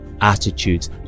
attitudes